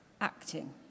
acting